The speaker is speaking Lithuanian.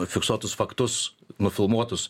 fiksuotus faktus nufilmuotus